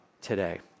today